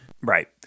Right